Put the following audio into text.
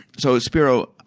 so, spiro,